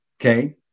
Okay